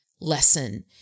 lesson